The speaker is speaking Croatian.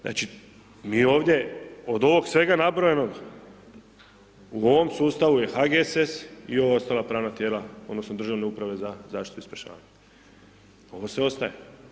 Znači mi ovdje od ovog svega nabrojenog u ovom sustavu je HGSS i ova ostale pravna tijela, odnosno, državnu upravu za zaštitu i spašavanje, ovo sve ostaje.